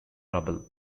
rubble